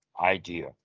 idea